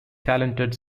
talented